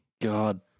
God